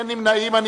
אין נמנעים.